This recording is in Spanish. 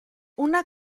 una